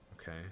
okay